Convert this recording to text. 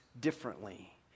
differently